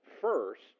first